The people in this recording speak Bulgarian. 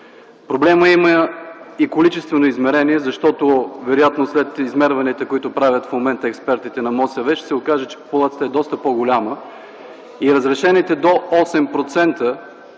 Проблемът има и количествено измерение, защото вероятно след измерванията, които правят в момента експертите на МОСВ, ще се окаже, че популацията е доста по-голяма и разрешените до 8%